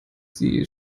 sie